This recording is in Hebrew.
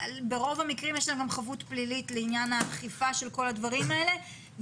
ברוב המקרים יש להם גם חבות פלילית לעניין האכיפה של כל הדברים האלה.